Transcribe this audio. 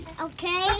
okay